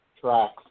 tracks